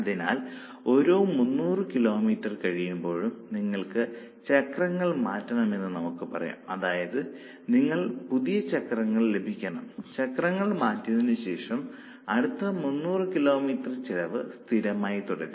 അതിനാൽ ഓരോ 300 കിലോമീറ്റർ കഴിയുമ്പോഴും നിങ്ങൾ ചക്രങ്ങൾ മാറ്റണമെന്ന് നമുക്ക് പറയാം അതായത് നിങ്ങൾക്ക് പുതിയ ചക്രങ്ങൾ ലഭിക്കണം ചക്രങ്ങൾ മാറ്റിയശേഷം അടുത്ത 300 കിലോമീറ്റർ ചെലവ് സ്ഥിരമായി തുടരും